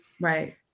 right